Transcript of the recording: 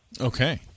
Okay